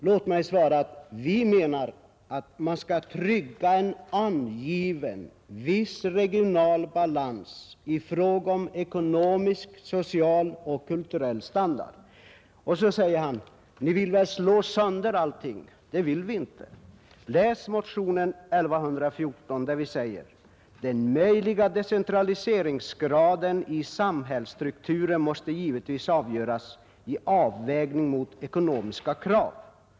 Låt mig svara att vi menar att man skall trygga en angiven, viss regional balans i fråga om ekonomisk, social och kulturell standard. Sedan säger herr Nilsson att vi vill slå sönder allting. Det vill vi inte. Läs motionen 1114, där vi säger: ”Den möjliga decentraliseringsgraden i samhällsstrukturen måste givetvis avgöras i avvägning mot ekonomiska krav.